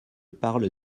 parle